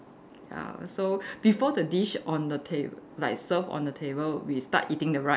ya so before the dish on the table like serve on the table we start eating the rice